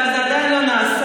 אבל זה עדיין לא נעשה.